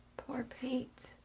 poor pete.